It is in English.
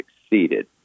succeeded